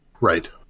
Right